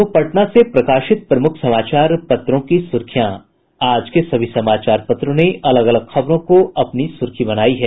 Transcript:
अब पटना से प्रकाशित प्रमुख समाचार पत्रों की सुर्खियां आज के सभी समाचार पत्रों ने अलग अलग खबरों को अपनी सुर्खी बनायी है